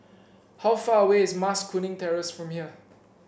how far away is Mas Kuning Terrace from here